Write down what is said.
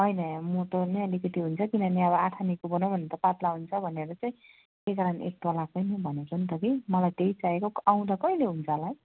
होइन यहाँ मोटो पनि अलिकति हुन्छ किनभने अब आठानीको बनाऊँ भने पातला हुन्छ भनेर चाहिँ त्यही कारण एक तोलाकै म बनाउँछु नि त कि मलाई त्यही चाहिएको आउँदा कहिले हुन्छ होला है